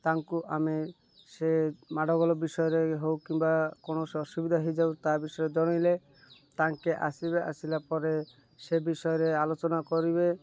ତାଙ୍କୁ ଆମେ ସେ ମାଡ଼ଗୋଳ ବିଷୟରେ ହେଉ କିମ୍ବା କୌଣସି ଅସୁବିଧା ହୋଇଯାଉ ତା ବିଷୟରେ ଜଣାଇଲେ ତାଙ୍କେ ଆସେ ଆସିଲା ପରେ ସେ ବିଷୟରେ ଆଲୋଚନା କରିବେ